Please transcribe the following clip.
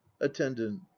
attendant